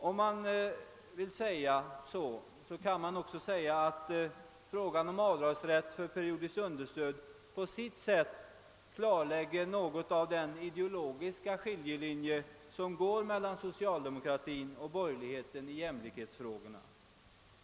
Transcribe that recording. Om man vill, kan man också säga att frågan om avdragsrätt för periodiskt understöd på sitt sätt klarlägger den ideologiska skiljelinje som går mellan socialdemokratin och borgerligheten i jämlikhetsfrågorna.